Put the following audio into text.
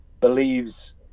believes